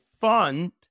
fund